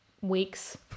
weeks